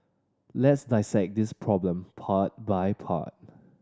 let's dissect this problem part by part